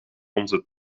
onze